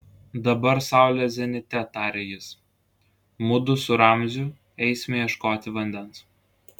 dabar saulė zenite tarė jis mudu su ramziu eisime ieškoti vandens